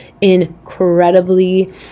incredibly